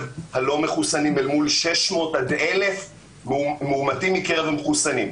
הלא מחוסנים אל מול 600 עד 1,000 מאומתים מקרב המחוסנים.